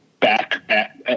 back